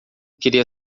queria